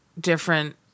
different